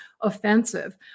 offensive